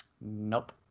Nope